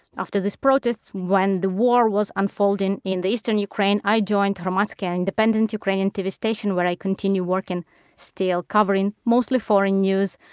after this protest, when the war was unfolding in eastern ukraine, i joined hromadske, an independent ukrainian tv station where i continue working still covering mostly foreign news,